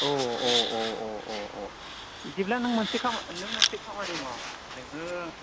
अह अह अह अह अह अह बिदिब्ला नों मोनसे खामानि नों मोनसे खामानि माव नोङो